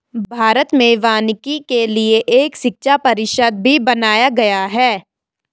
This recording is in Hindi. भारत में वानिकी के लिए एक शिक्षा परिषद भी बनाया गया है